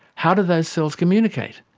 how do these cells communicate?